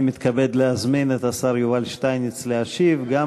אני מתכבד להזמין את השר יובל שטייניץ להשיב גם,